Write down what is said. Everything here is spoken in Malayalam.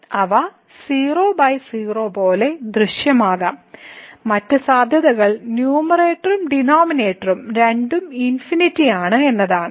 അവ 00 പോലെ ദൃശ്യമാകാം മറ്റ് സാധ്യതകൾ ന്യൂമറേറ്ററും ഡിനോമിനേറ്ററും രണ്ടും ആണ് എന്നതാണ്